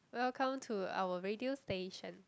welcome to our radio station